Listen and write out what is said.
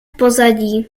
pozadí